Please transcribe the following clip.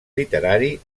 literari